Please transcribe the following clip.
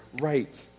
right